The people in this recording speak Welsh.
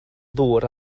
ddŵr